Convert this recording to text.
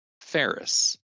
Ferris